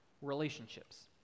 relationships